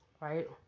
Right